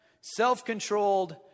self-controlled